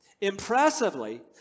Impressively